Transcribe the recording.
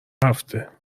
هفته